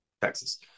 Texas